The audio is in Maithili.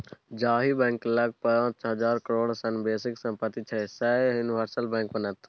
जाहि बैंक लग पाच हजार करोड़ सँ बेसीक सम्पति छै सैह यूनिवर्सल बैंक बनत